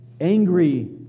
angry